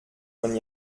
man